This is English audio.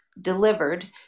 delivered